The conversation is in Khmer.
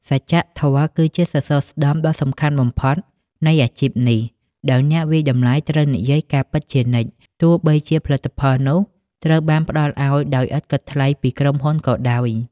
សច្ចធម៌គឺជាសសរស្តម្ភដ៏សំខាន់បំផុតនៃអាជីពនេះ ដោយអ្នកវាយតម្លៃត្រូវនិយាយការពិតជានិច្ច ទោះបីជាផលិតផលនោះត្រូវបានផ្តល់ឱ្យដោយឥតគិតថ្លៃពីក្រុមហ៊ុនក៏ដោយ។